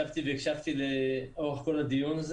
הקשבתי לאורך כל הדיון.